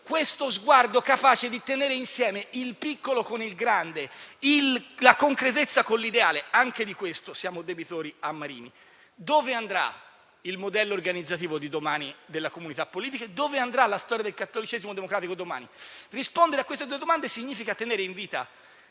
Uno sguardo capace di tenere insieme il piccolo con il grande, la concretezza con l'ideale: anche di questo gli siamo debitori. Dove andrà il modello organizzativo di domani della comunità politica e dove andrà la storia del cattolicesimo democratico domani? Rispondere a queste domande significa tenere in vita